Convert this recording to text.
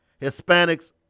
Hispanics